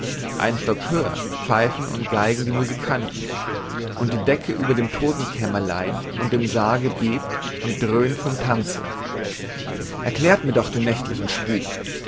einen stock höher pfeifen und geigen die musikanten und die decke über dem todtenkämmerlein und dem sarge bebt und dröhnt vom tanze erklärt mir doch den nächtlichen spuk